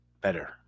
better